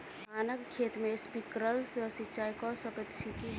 धानक खेत मे स्प्रिंकलर सँ सिंचाईं कऽ सकैत छी की?